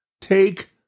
take